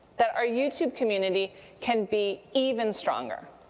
that our youtube community can be even stronger.